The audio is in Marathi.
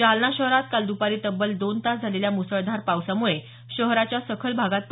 जालना शहरात काल दपारी तब्बल दोन तास झालेल्या मुसळधार पावसामुळे शहराच्या सखल भागात पाणी साचलं